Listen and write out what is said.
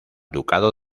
ducado